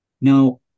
Now